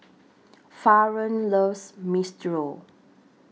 Faron loves Minestrone